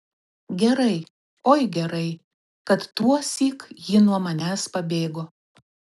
gerai oi gerai kad tuosyk ji nuo manęs pabėgo